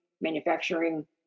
manufacturing